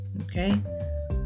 okay